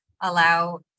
allow